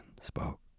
spoke